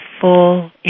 full